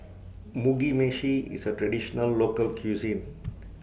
Mugi Meshi IS A Traditional Local Cuisine